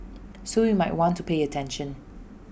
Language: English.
so you might want to pay attention